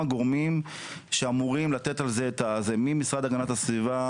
גורמים שאמורים לטפל - ממשרד הגנת הסביבה,